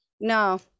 No